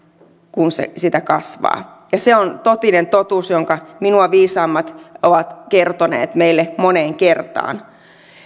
kuin sitä kasvaa ja se on totinen totuus jonka minua viisaammat ovat kertoneet meille moneen kertaan